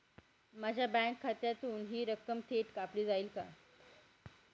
माझ्या बँक खात्यातून हि रक्कम थेट कापली जाईल का?